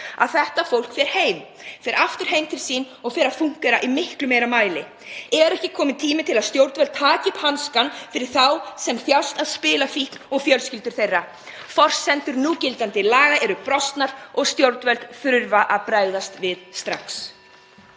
að þetta fólk fer heim, fer aftur heim til sín og fer að fúnkera í miklu meira mæli. Er ekki kominn tími (Forseti hringir.) til að stjórnvöld taki upp hanskann fyrir þá sem þjást af spilafíkn og fjölskyldur þeirra? Forsendur núgildandi laga eru brostnar og stjórnvöld þurfa að bregðast við strax.